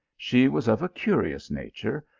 she was of a curious nature,